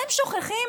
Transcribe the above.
אתם שוכחים